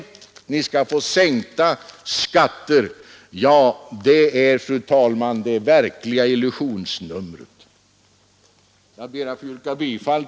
Det ä Jag ber att få yrka bifall till utskottets hemställan. fru talman, det verkliga illusionsnumret.